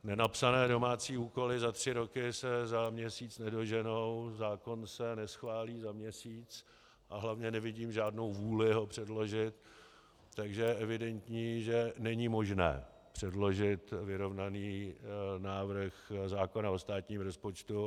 Nenapsané domácí úkoly za tři roky se za měsíc nedoženou, zákon se neschválí za měsíc, a hlavně nevidím žádnou vůli ho předložit, takže je evidentní, že není možné předložit vyrovnaný návrh zákona o státním rozpočtu.